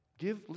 give